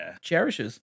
cherishes